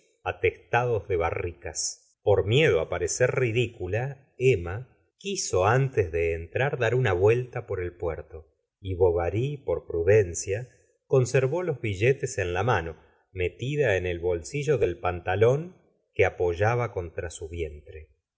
atestados deba rricas gustavo flaubert por miedo á parecer ridícula emma quiso antes de entrar dar una vuelta por el puerto y bovary por prudencia conservó los billetes en la mano metida en el bolsillo del pantalón que apoyaba contra su vientre